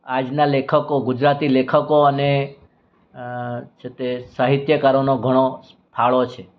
આજના લેખકો ગુજરાતી લેખકો અને છે તે સાહિત્યકારોનો ઘણો ફાળો છે